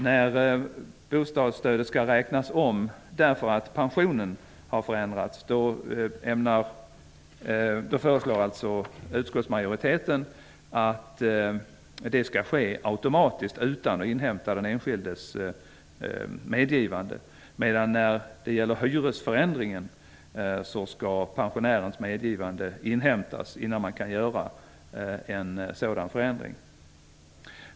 När bostadsstödet skall räknas om därför att pensionen har förändrats, föreslår utskottsmajoriten att det skall ske automatiskt, utan att inhämta den enskildes medgivande. Däremot när det gäller förändring av hyran skall pensionärens medgivande inhämtas innan man justerar bostadsstödet.